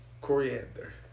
coriander